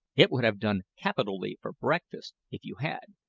it would have done capitally for breakfast, if you had.